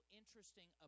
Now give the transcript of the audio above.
interesting